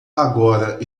agora